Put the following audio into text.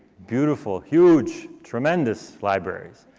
beautiful, huge tremendous library.